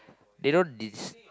they don't